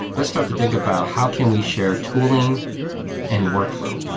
let's start to think about how can we share tooling and workflow.